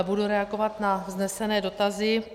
Budu reagovat na vznesené dotazy.